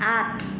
आठ